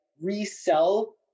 resell